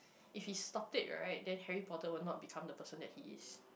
if he stopped it right then Harry-Potter will not become the person that he is